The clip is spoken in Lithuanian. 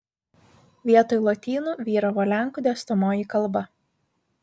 vietoj lotynų vyravo lenkų dėstomoji kalba